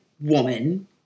woman